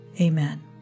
Amen